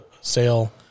sale